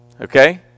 Okay